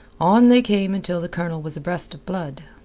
on they came until the colonel was abreast of blood.